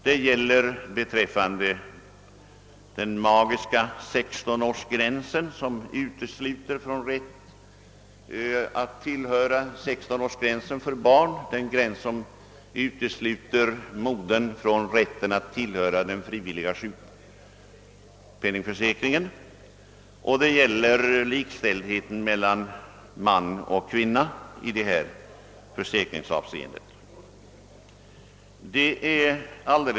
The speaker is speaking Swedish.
Det gäller den magiska 16-årsgränsen för barn, den gräns alltså vid vilken modern utestänges från rätten att tillhöra den frivilliga sjukpenningförsäkringen, och det gäller likställdheten mellan man och kvinna i försäkringsavseende.